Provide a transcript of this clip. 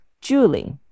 Julie